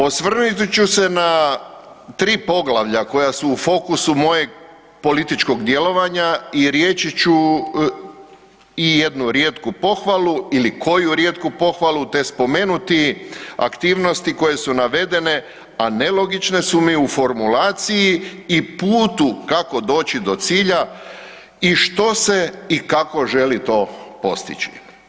Osvrnut ću se na tri poglavlja koja su u fokusu mojeg političkog djelovanja i reći ću jednu rijetku pohvalu ili koju rijetku pohvalu te spomenuti aktivnosti koje su navedene, a nelogične su mi u formulaciji i putu kako doći do cilja i što se i kako želi to postići.